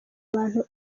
abantu